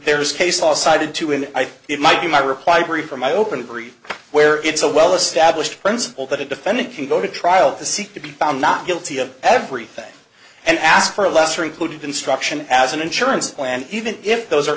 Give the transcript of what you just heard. there's case law cited too and it might be my reply brief or my open group where it's a well established principle that a defendant can go to trial to seek to be found not guilty of everything and ask for a lesser included instruction as an insurance plan even if those are